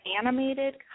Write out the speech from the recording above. animated